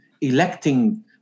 electing